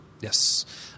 Yes